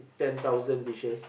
ten thousand dishes